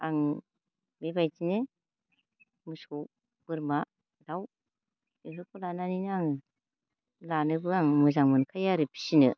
आं बेबायदिनो मोसौ बोरमा दाउ बेफोरखौ लानानैनो आङो लानोबो आं मोजां मोनखायो आरो फिनो